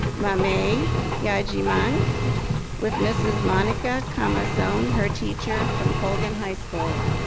mamay yajiman with mrs. monica camazon, her teacher from colgan high school.